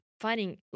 fighting